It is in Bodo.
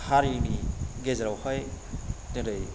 हारिनि गेजेरावहाय जेरै